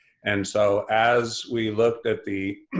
and so as we looked at the